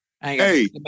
Hey